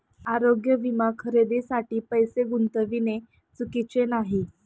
आरोग्य विमा खरेदीसाठी पैसे गुंतविणे चुकीचे नाही